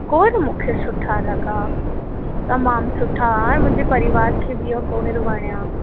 कुहर मूंखे सुठा लॻा तमामु सुठा ऐं मुंहिंजे परिवार खे बि इहा कुहर वणया